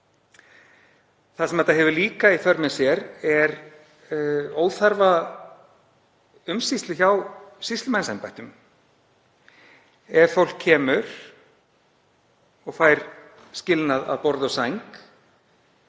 þess. Þetta hefur líka í för með sér óþarfa umsýslu hjá sýslumannsembættum. Ef fólk kemur og fær skilnað að borði og sæng